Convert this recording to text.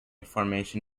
formation